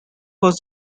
was